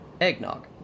eggnog